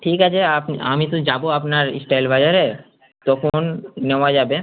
ঠিক আছে আপনি আমি তো যাব আপনার স্টাইল বাজারে তখন নেওয়া যাবে